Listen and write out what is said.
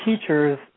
teachers